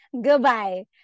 goodbye